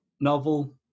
novel